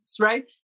right